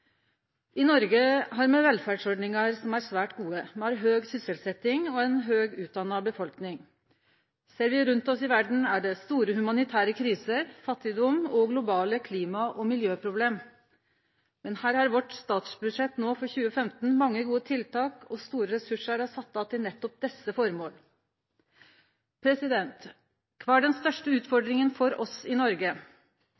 I Noreg har me velferdsordningar som er svært gode. Me har høg sysselsetting og ei høgt utdanna befolkning. Ser me rundt oss i verda, er det store humanitære kriser, fattigdom og globale klima- og miljøproblem. Men i statsbudsjettet vårt for 2015 er det mange gode tiltak og store ressursar sette av til nettopp desse formåla. Kva er den største